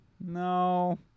No